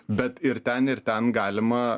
bet ir ten ir ten galima